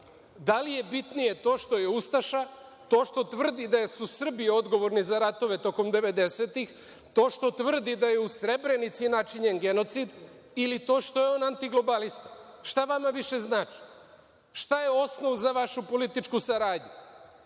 Da li je bitnije to što je ustaša, to što tvrdi da su Srbi odgovorni za ratove tokom devedesetih, to što tvrdi da je u Srebrenici načinjen genocid ili to što je on antiglobalista? Šta vama više znači? Šta je osnov za vašu političku saradnju?